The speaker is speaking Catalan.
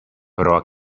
però